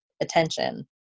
attention